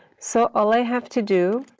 so all i have to do